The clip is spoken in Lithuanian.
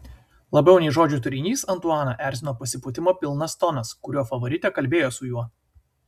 labiau nei žodžių turinys antuaną erzino pasipūtimo pilnas tonas kuriuo favoritė kalbėjo su juo